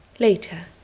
later.